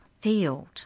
field